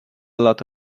lot